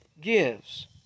gives